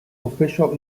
official